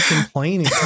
complaining